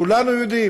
כולנו יודעים,